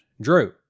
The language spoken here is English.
Drew